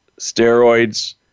steroids